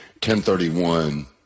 1031